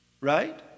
Right